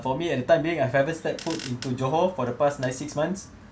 for me at the time being I've ever step foot into johor for the past nine six months